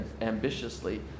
ambitiously